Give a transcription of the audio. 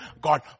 God